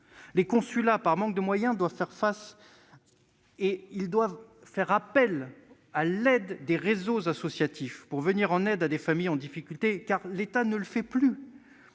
Les consulats, par manque de moyens, doivent faire appel aux réseaux associatifs pour venir en aide à des familles en difficulté, car l'État ne le fait plus.